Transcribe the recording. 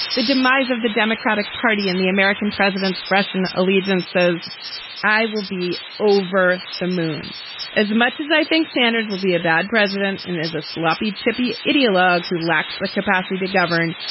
the demise of the democratic party and the american presidents, russian allegiance says i will be over the moon as much as i think sanders will be a bad president and as a sloppy chippy ideologue who lacks the capacity to govern.